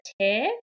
tear